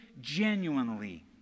genuinely